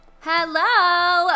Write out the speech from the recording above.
Hello